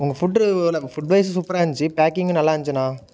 உங்க food food wise சூப்பராக இருந்திச்சு பேக்கிங்கும் நல்லா இருந்திச்சுண்ணா